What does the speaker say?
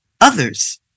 others